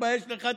"תתבייש לך",